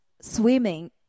swimming